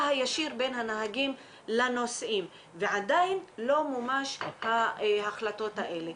הישיר בין הנהגים לנוסעים ועדיין לא מומשו ההחלטות האלה.